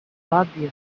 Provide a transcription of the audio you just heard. obviously